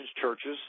churches